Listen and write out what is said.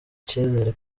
icyizere